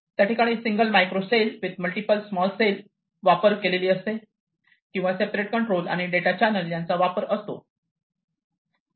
त्या ठिकाणी single micro cell with multiple small cell वापर केलेली असते किंवा सेपरेट कंट्रोल आणि डेटा चॅनल यांचा वापर असतो